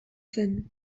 zen